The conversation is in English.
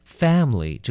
family